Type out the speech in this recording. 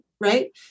right